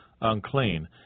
unclean